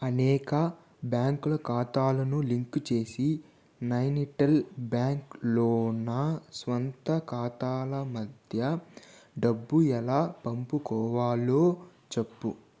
అనేక బ్యాంకుల ఖాతాలను లింకు చేసి నైనిటల్ బ్యాంక్లో నా స్వంత ఖాతాల మధ్య డబ్బు ఎలా పంపుకోవాలో చెప్పు